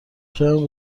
کمی